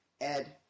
Ed